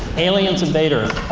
aliens invade earth.